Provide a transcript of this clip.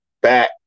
back